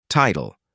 Title